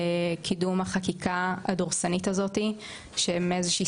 קידום החקיקה הדורסנית הזאת שמאיזושהי